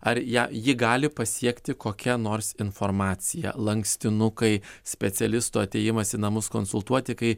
ar ją jį gali pasiekti kokia nors informacija lankstinukai specialistų atėjimas į namus konsultuoti kai